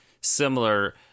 similar